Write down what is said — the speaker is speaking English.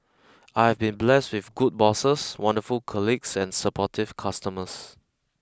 I have been blessed with good bosses wonderful colleagues and supportive customers